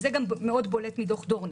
וזה גם בולט מאוד בדוח דורנר.